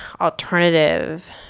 alternative